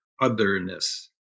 otherness